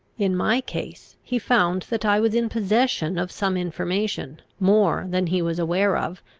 in my case he found that i was in possession of some information, more than he was aware of,